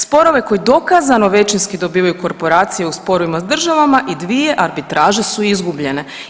Sporove koji dokazano većinski dobivaju korporacije u sporovima s državama i dvije arbitraže su izgubljene.